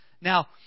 Now